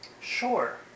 Sure